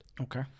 Okay